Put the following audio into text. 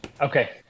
Okay